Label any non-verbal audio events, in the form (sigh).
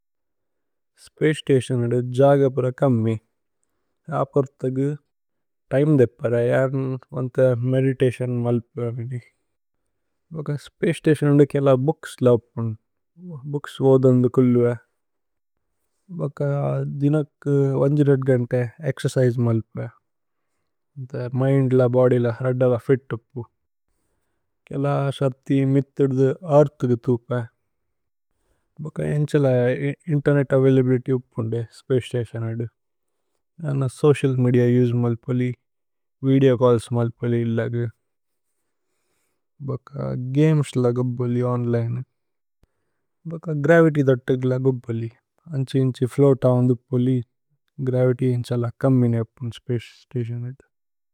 സ്പചേ station അദു ജഗപുര കമ്മി അപര്ഥഗു। തിമേ ദേപ്പര (hesitation) മേദിതതിഓന് മല്പ। സ്പചേ സ്തതിഓന് അദു കേല ബൂക്സ് ലൌപന് ഭൂക്സ്। വോദന്ദു കുല്ലു ദിനക് ഗന്തേ ഏക്സേര്ചിസേ മല്പ। മിന്ദ് ല, ബോദ്യ് ല, ഹേഅര്ത് ല, ഫിത് ല। കേല। സഥി, മിഥ്ദുദു, ഏഅര്ഥ് ഗ ഥുപ। ഭക ഏന്ഛല। ഇന്തേര്നേത് അവൈലബിലിത്യ് ഉപ്പോന്ദേ സ്പചേ സ്തതിഓന്। അദു അന സോചിഅല് മേദിഅ ഉസേ മല്പ ലി വിദേഓ ചല്ല്സ്। മല്പ ലി ഭക ഗമേസ് ലഗപ് ബലി ഓന്ലിനേ ഭക। ഗ്രവിത്യ് ദത്ത ലഗപ് ബലി। അന്ഛി ഏന്ഛി ഫ്ലോഅത്। അഓന്ദു പലി ഗ്രവിത്യ് ഏന്ഛല കമ്മി ന ഉപ്പോന്ദേ। (hesitation) സ്പചേ സ്തതിഓന് അദു।